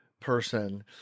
Person